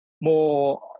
more